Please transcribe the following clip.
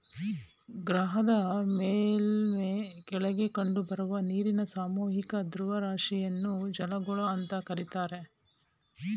ಗ್ರಹದ ಮೇಲ್ಮೈ ಕೆಳಗೆ ಕಂಡುಬರುವ ನೀರಿನ ಸಾಮೂಹಿಕ ದ್ರವ್ಯರಾಶಿಯನ್ನು ಜಲಗೋಳ ಅಂತ ಕರೀತಾರೆ